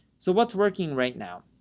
so what's working right now?